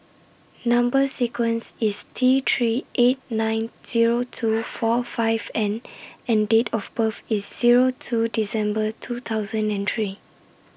Number sequence IS T three eight nine Zero two four five N and Date of birth IS Zero two December two thousand and three